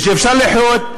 ושאפשר לחיות,